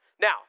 Now